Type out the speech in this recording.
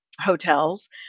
hotels